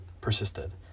persisted